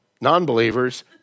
non-believers